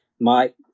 mike